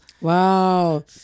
Wow